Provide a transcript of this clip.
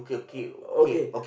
oh okay